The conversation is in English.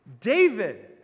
David